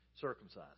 circumcised